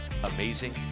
Amazing